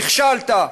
נכשלת,